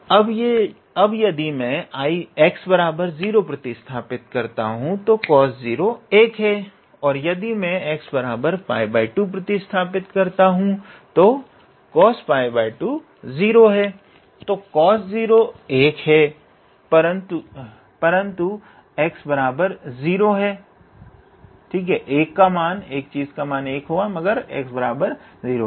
अब यदि मैं x0 प्रतिस्थापित करता हूं तो cos0 1 है तथा यदि मैं 𝑥𝜋2 प्रतिस्थापित करता हूं तो 𝑐𝑜𝑠𝜋2 0 है तो cos0 1 है परंतु x0 है